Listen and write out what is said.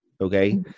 okay